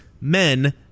men